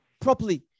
properly